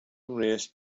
mhres